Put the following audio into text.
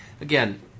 Again